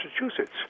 Massachusetts